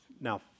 now